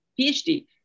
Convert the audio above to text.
PhD